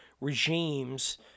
regimes